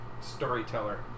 storyteller